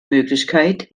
möglichkeit